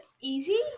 easy